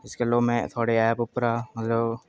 इस गल्लां में थुआढ़े ऐप उप्परा मतलब